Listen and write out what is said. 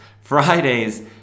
Friday's